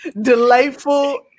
delightful